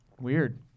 Weird